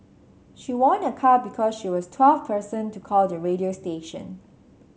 she won a car because she was twelfth person to call the radio station